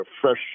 fresh